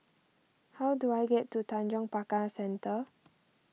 how do I get to Tanjong Pagar Centre